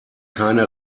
keine